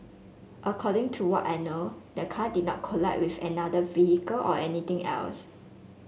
according to what I know the car did not collide with another vehicle or anything else